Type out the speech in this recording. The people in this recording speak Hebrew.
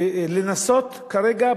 לנסות כרגע,